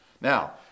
Now